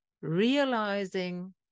realizing